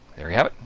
there you have it,